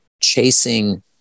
chasing